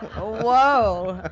whoa.